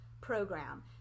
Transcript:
program